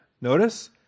notice